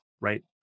right